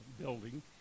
building